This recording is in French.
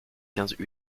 quinze